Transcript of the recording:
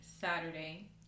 Saturday